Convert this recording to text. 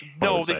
No